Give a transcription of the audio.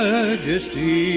Majesty